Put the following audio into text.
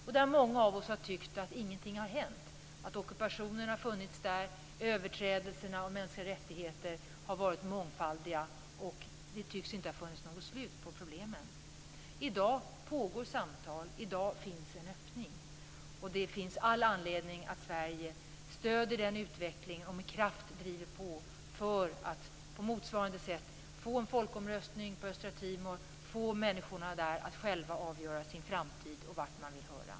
Där har många av oss tyckt att ingenting har hänt, att ockupationen har funnits där, överträdelser av mänskliga rättigheter har varit mångfaldiga, och det tycks inte finnas något slut på problemen. I dag pågår samtal, i dag finns en öppning. Det finns all anledning att Sverige stöder den utvecklingen och med kraft driver på för att på motsvarande sätt få en folkomröstning på Östra Timor och få människorna där att själva avgöra sin framtid och vart man vill höra.